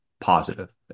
positive